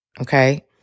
okay